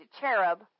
cherub